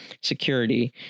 security